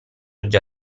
già